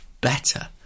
better